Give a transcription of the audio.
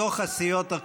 בתוך הסיעות,